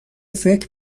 فکر